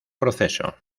proceso